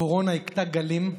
הקורונה הכתה גלים.